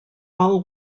all